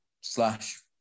slash